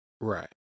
Right